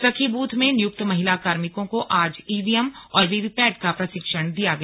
सखी बूथ में नियुक्त महिला कार्मिकों को आज ईवीएम और वीवीपैट का प्रशिक्षण दिया गया